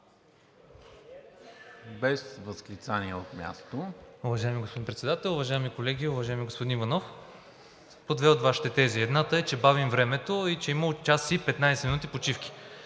Без възклицания от място!